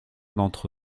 d’entre